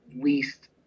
least